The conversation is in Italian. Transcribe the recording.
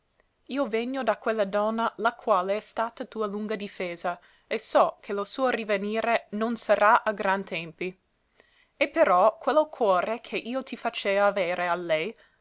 io vegno da quella donna la quale è stata tua lunga difesa e so che lo suo rivenire non sarà a gran tempi e però quello cuore che io ti facea avere a lei